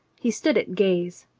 he stood at gaze.